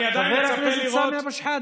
חבר הכנסת סמי אבו שחאדה.